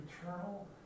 eternal